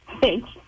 Thanks